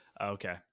Okay